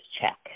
check